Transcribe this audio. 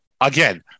again